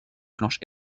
planches